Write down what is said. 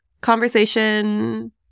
conversation